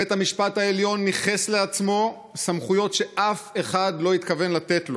בית המשפט העליון ניכס לעצמו סמכויות שאף אחד לא התכוון לתת לו.